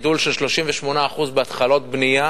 יש גידול של 38% בהתחלות בנייה